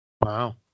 Wow